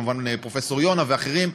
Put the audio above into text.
כמובן פרופסור יונה ואחרים,